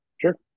sure